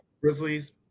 Grizzlies